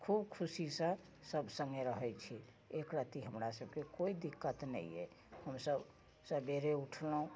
खूब खुशीसँ सब सङ्गे रहैत छी एकरत्ती हमरा सबके कोइ दिक्कत नहि अइ हमसब सबेरे उठलहुँ